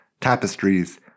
tapestries